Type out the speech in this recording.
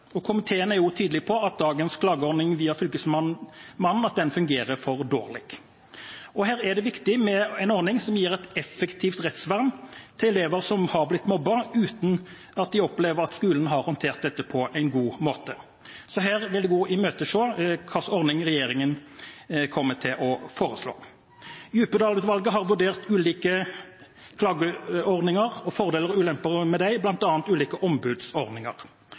Komiteen er også tydelig på at dagens klageordning via Fylkesmannen fungerer for dårlig. Her er det viktig med en ordning som gir et effektivt rettsvern for elever som har blitt mobbet uten å oppleve at skolen har håndtert dette på en god måte. Jeg imøteser hva slags ordning regjeringen kommer til å foreslå. Djupedal-utvalget har vurdert ulike klageordninger, fordeler og ulemper ved dem, bl.a. ulike ombudsordninger.